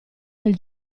del